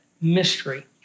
mystery